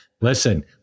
Listen